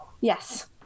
Yes